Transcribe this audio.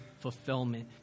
fulfillment